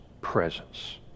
presence